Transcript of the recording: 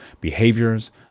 behaviors